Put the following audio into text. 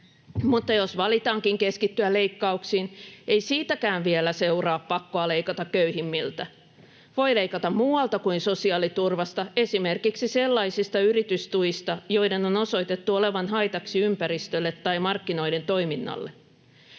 Mutta jos valitaankin keskittyä leikkauksiin, ei siitäkään vielä seuraa pakkoa leikata köyhimmiltä. Voi leikata muualta kuin sosiaaliturvasta, esimerkiksi sellaisista yritystuista, joiden on osoitettu olevan haitaksi ympäristölle tai markkinoiden toiminnalle.